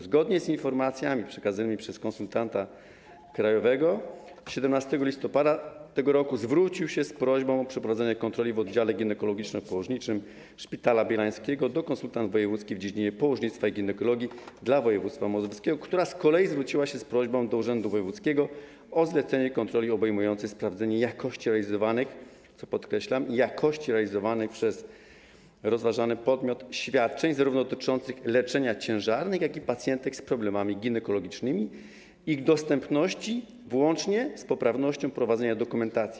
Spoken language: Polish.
Zgodnie z informacjami przekazanymi przez konsultanta krajowego 17 listopada tego roku zwrócił się on z prośbą o przeprowadzenie kontroli w oddziale ginekologiczno-położniczym Szpitala Bielańskiego do konsultanta wojewódzkiego w dziedzinie położnictwa i ginekologii dla województwa mazowieckiego, który z kolei zwrócił się z prośbą do Urzędu Wojewódzkiego o zlecenie kontroli obejmującej sprawdzenie jakości realizowanych - co podkreślam - przez rozważany podmiot świadczeń, zarówno dotyczących leczenia ciężarnych, jak i pacjentek z problemami ginekologicznymi, i dostępności, włącznie z poprawnością prowadzenia dokumentacji.